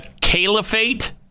Caliphate